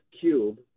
Cube